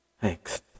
Thanks